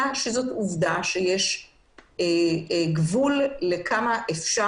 זו עובדה שיש גבול לכמה אפשר,